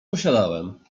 posiadałem